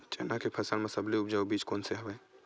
चना के फसल म सबले उपजाऊ बीज कोन स हवय?